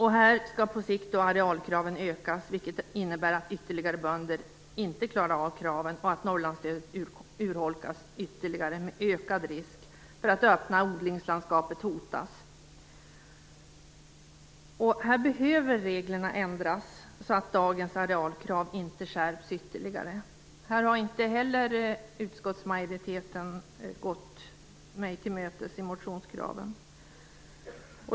Här skall arealkraven ökas på sikt, vilket innebär att ytterligare bönder inte klarar av kraven och att Norrlandsstödet urholkas ytterligare med ökad risk för att det öppna odlingslandskapet hotas. Reglerna behöver ändras så att dagens arealkrav inte skärps ytterligare. Inte heller här har utskottsmajoriteten gått mig till mötes i motionskraven.